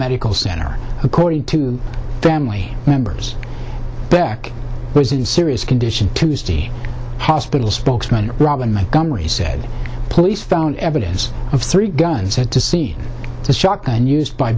medical center according to family members beck was in serious condition tuesday hospital spokesman robin gun where he said police found evidence of three guns said to see the shock and used by